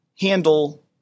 handle